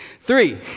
three